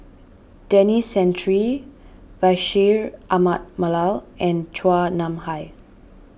Denis Santry Bashir Ahmad Mallal and Chua Nam Hai